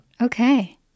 Okay